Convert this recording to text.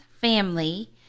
family